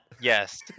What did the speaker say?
Yes